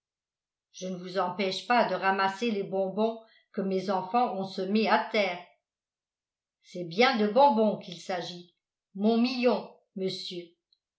je ne vous empêche pas de ramasser les bonbons que mes enfants ont semés à terre c'est bien de bonbons qu'il s'agit mon million monsieur